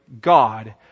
God